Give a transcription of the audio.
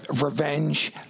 revenge